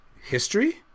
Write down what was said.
history